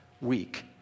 week